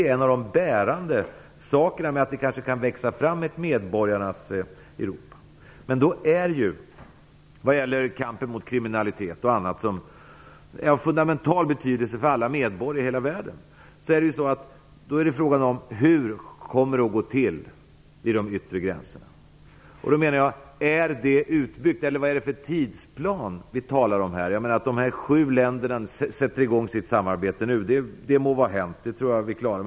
Det är en av de bärande tankarna att det kanske kan växa fram ett medborgarnas Europa. Men då är ju kampen mot bl.a. kriminalitet av fundamental betydelse för alla medborgare i hela världen. Frågan är då: Hur kommer det att gå till vid de yttre gränserna? Vad är det för tidsplan vi talar om här? Dessa sju länder sätter i gång sitt samarbete nu - det må vara hänt; det tror jag vi klarar.